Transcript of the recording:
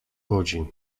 godzin